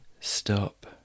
Stop